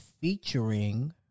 featuring